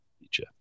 feature